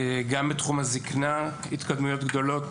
גם בתחום הזקנה התקדמויות גדולות,